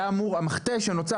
המכתש שנוצר,